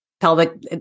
pelvic